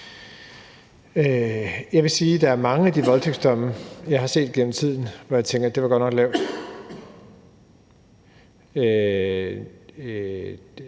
Jeg vil sige, at der er mange af de voldtægtsdomme, jeg har set gennem tiden, hvor jeg tænker, at det godt nok var lavt.